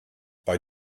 bei